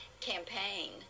campaign